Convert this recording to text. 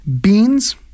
Beans